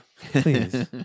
please